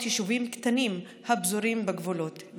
יישובים קטנים הפזורים בגבולות המדינה.